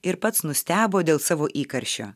ir pats nustebo dėl savo įkarščio